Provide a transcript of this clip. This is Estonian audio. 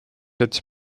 jättis